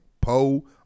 Poe